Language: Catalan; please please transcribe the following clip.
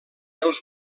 els